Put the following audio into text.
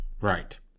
Right